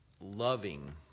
loving